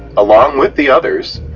along with the others,